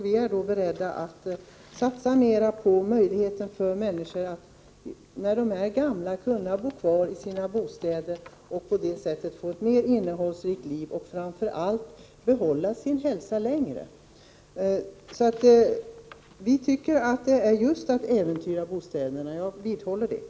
Vi är då beredda att satsa mer på möjligheten för gamla människor att bo kvar i sina bostäder och på det sättet få ett mer innehållsrikt liv, och framför allt behålla sin hälsa längre. Jag vidhåller att borttagandet av friåret innebär att man äventyrar bostäderna.